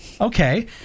okay